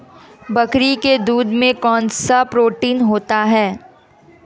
बकरी के दूध में कौनसा प्रोटीन होता है?